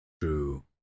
True